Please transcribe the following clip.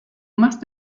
machst